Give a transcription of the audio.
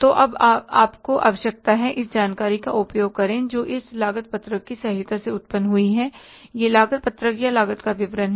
तो आपको आवश्यकता है इस जानकारी का उपयोग करें जो इस लागत पत्रक की सहायता से उत्पन्न हुई है यह लागत पत्रक या लागत का विवरण है